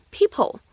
People